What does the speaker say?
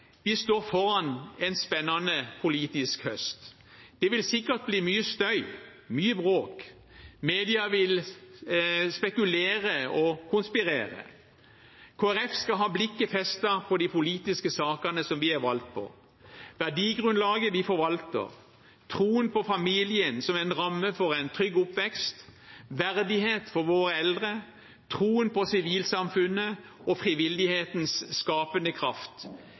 Vi står foran en spennende politisk høst. Det vil sikkert bli mye støy, mye bråk. Media vil spekulere og konspirere. Kristelig Folkeparti skal ha blikket festet på de politiske sakene som vi er valgt på, verdigrunnlaget vi forvalter, troen på familien som en ramme for en trygg oppvekst, verdighet for våre eldre, troen på sivilsamfunnet og frivillighetens skapende kraft,